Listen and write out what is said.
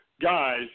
guys